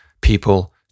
people